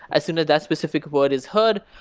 as soon as that specific word is heard,